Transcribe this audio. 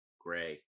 Gray